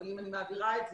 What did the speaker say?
אבל אם אני מעבירה את זה,